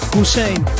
Hussein